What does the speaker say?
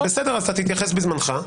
בסדר, אז תתייחס בזמנך.